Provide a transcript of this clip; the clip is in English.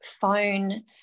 phone